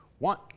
One